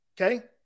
okay